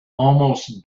almost